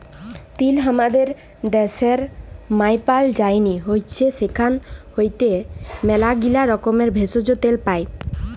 তিল হামাদের ড্যাশের মায়পাল যায়নি হৈচ্যে সেখাল হইতে ম্যালাগীলা রকমের ভেষজ, তেল পাই